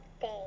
day